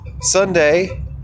Sunday